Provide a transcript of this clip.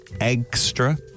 Extra